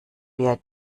wir